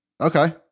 Okay